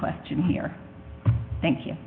question here thank you